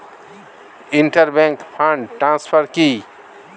Inter bank fund transfer কি?